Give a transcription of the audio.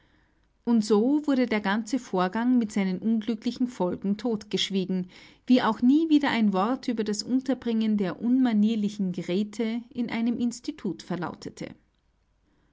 und so wurde der ganze vorgang mit seinen unglücklichen folgen totgeschwiegen wie auch nie wieder ein wort über das unterbringen der unmanierlichen grete in einem institut verlautete